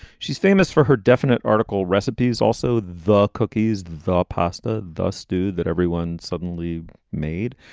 she's famous for her definite article recipes. also, the cookies, the pasta, thus do that everyone's suddenly made.